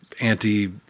anti